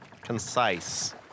Concise